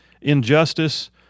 injustice